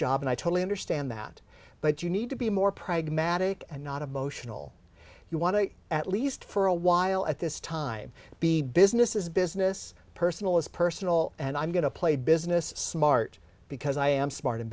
job and i totally understand that but you need to be more pragmatic and not emotional you want to at least for a while at this time be business is business personal is personal and i'm going to play business smart because i am smart in